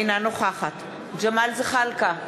אינה נוכחת ג'מאל זחאלקה,